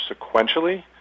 sequentially